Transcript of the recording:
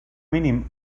mínim